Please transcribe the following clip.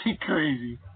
crazy